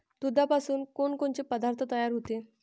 दुधापासून कोनकोनचे पदार्थ तयार होते?